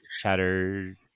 chatter